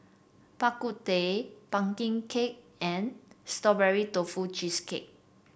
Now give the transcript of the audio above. Bak Kut Teh pumpkin cake and Strawberry Tofu Cheesecake